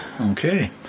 Okay